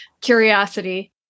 Curiosity